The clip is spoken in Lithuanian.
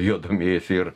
juo domėjosi ir